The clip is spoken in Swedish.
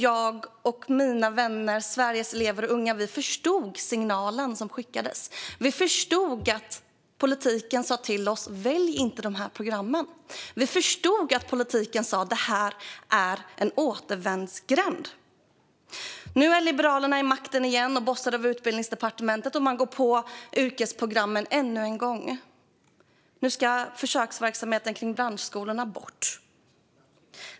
Jag och mina vänner, Sveriges elever och unga, förstod signalen som skickades. Vi förstod att politiken sa till oss: Välj inte de här programmen! Vi förstod att politiken sa till oss: Det här är en återvändsgränd. Nu sitter Liberalerna vid makten igen och bossar över Utbildningsdepartementet, och man går på yrkesprogrammen ännu en gång. Nu ska försöksverksamheten kring branschskolorna bort.